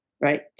Right